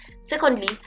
Secondly